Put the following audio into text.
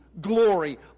glory